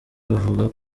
bavuga